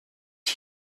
are